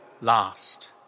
last